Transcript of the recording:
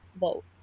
vote